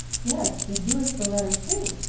yes, but who is the letter to?